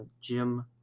Jim